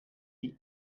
die